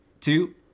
two